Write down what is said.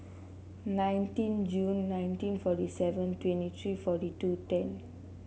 nineteen Jun nineteen forty seven twenty three forty two ten